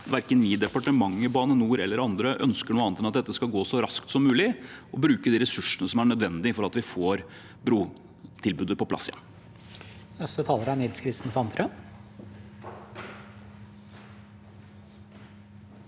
verken vi i departementet, Bane NOR eller andre ønsker noe annet enn at dette skal gå så raskt som mulig, og at vi vil bruke de ressursene som er nødvendige for å få brutilbudet på plass igjen.